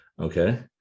Okay